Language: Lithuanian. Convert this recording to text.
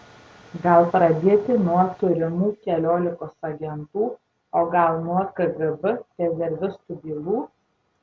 gal pradėti nuo turimų keliolikos agentų o gal nuo kgb rezervistų bylų